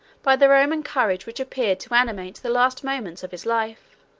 by the roman courage which appeared to animate the last moments of his life.